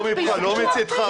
לא --- לא מצדך.